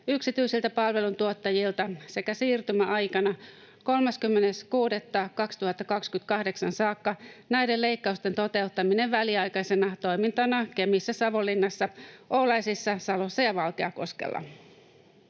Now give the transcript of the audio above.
yksityisiltä palveluntuottajilta sekä siirtymäaikana 30.6.2028 saakka näiden leikkausten toteuttaminen väliaikaisena toimintana Kemissä, Savonlinnassa, Oulaisissa, Salossa ja Valkeakoskella.